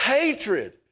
Hatred